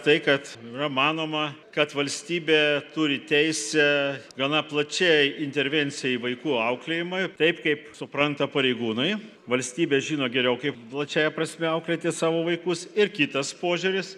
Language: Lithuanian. tai kad yra manoma kad valstybė turi teisę gana plačiai intervencijai į vaikų auklėjimą taip kaip supranta pareigūnai valstybė žino geriau kaip plačiąja prasme auklėti savo vaikus ir kitas požiūris